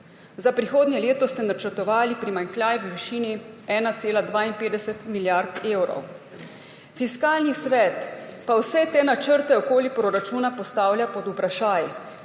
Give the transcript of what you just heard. Za prihodnje leto ste načrtovali primanjkljaj v višini 1,52 milijarde evrov. Fiskalni svet pa vse te načrte okoli proračuna postavlja pod vprašaj.